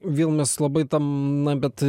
vėl mes labai tam na bet